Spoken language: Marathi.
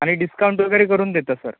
आणि डिस्काउंट वगैरे करून देतात सर